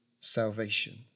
salvation